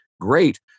Great